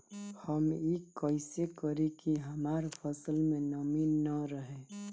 हम ई कइसे करी की हमार फसल में नमी ना रहे?